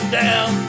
down